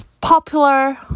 popular